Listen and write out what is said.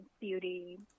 beauty